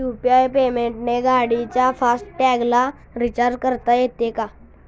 UPI पेमेंटने गाडीच्या fast टॅगला रिर्चाज करता येते का?